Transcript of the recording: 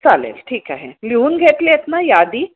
चालेल ठीक आहे लिहून घेतली आहेत ना यादी